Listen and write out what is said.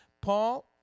Paul